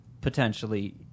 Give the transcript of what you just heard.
potentially